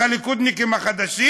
דרך הליכודניקים החדשים.